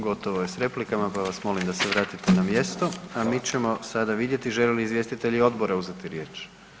Gotovo je s replikama, pa vas molim da se vratite na mjesto, a mi ćemo sada vidjeti želi li izvjestitelji odbora uzeti riječ?